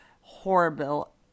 horrible